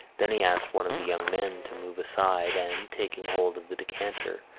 then he asked one of the young men to move aside, and, taking hold of the decanter,